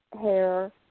hair